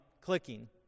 clicking